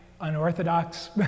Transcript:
unorthodox